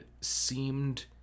seemed